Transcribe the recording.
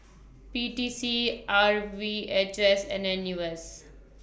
P T C R V H S and N U S